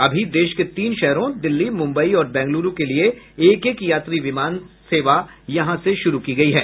अभी देश के तीन शहरों दिल्ली मुम्बई और बेंगलुरू के लिये एक एक यात्री विमान सेवा शुरू की गई है